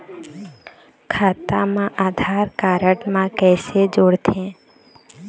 खाता मा आधार कारड मा कैसे जोड़थे?